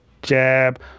jab